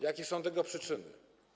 Jakie są tego przyczyny?